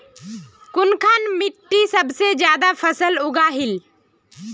कुनखान मिट्टी सबसे ज्यादा फसल उगहिल?